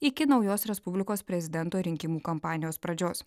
iki naujos respublikos prezidento rinkimų kampanijos pradžios